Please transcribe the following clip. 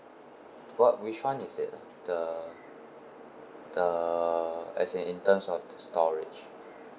what which one is it ah the the as in in terms of the storage